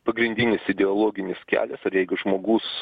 pagrindinis ideologinis kelias ir jeigu žmogus